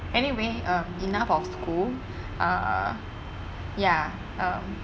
anyway um enough of school uh ya um